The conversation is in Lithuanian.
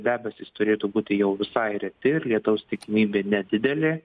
debesys turėtų būti jau visai reti ir lietaus tikimybė nedidelė